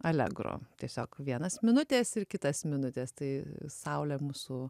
alegro tiesiog vienas minutės ir kitas minutės tai saulė mūsų